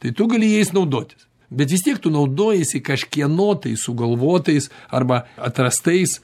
tai tu gali jais naudotis bet vis tiek tu naudojiesi kažkieno tai sugalvotais arba atrastais